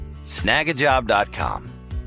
Snagajob.com